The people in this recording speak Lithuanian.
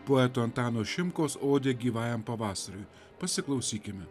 poeto antano šimkaus odė gyvajam pavasariui pasiklausykime